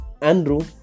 Andrew